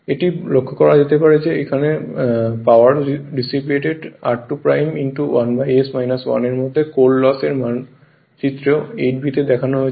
এটি লক্ষ করা যেতে পারে যে পাওয়ার ডিসিপিয়েটেড r2 1 s 1 এর মধ্যে কোর লস এর মান চিত্র 8b এ দেওয়া হয়েছে